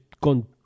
gone